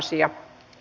asia